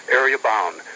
area-bound